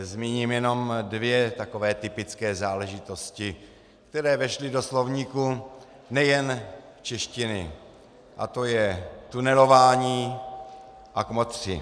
Zmíním jenom dvě takové typické záležitosti, které vešly do slovníku nejen češtiny, a to je tunelování a kmotři.